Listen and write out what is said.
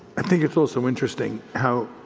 i think it's also interesting how